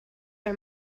are